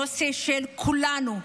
זה נושא של כולנו.